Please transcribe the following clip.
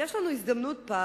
שר החינוך.